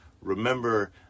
Remember